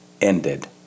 ended